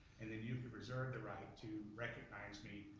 and then you can reserve the right to recognize me,